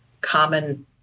common